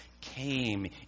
came